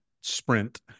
sprint